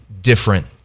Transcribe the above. different